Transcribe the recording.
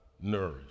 nourish